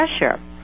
pressure